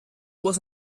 was